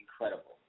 incredible